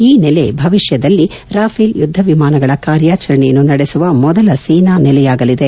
ಈ ನೆಲೆ ಭವಿಷ್ಯದಲ್ಲಿ ರಾಫೇಲ್ ಯುದ್ದ ವಿಮಾನಗಳ ಕಾರ್ಯಾಚರಣೆಯನ್ನು ನಡೆಸುವ ಮೊದಲ ಸೇನಾನೆಲೆಯಾಗಲಿದೆ